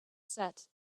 set